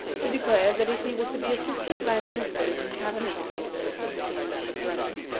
he declared that if he was to be assisted by ministers and cabinet officers when he came to the throne,